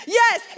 yes